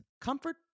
Comfort